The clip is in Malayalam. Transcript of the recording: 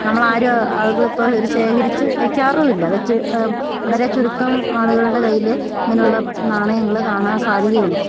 നമ്മളാരും അതിപ്പം ഒരു ശേഖരിച്ചു വെയ്ക്കാറുമില്ല വെച്ച് വളരെ ചുരുക്കം ആളുകളുടെ കയ്യിലെ ഇങ്ങനെയുള്ള നാണയങ്ങൾ കാണാൻ സാധ്യതയുള്ളു